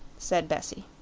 said bessie.